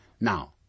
Now